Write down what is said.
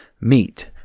meet